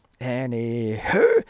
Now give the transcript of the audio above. Anywho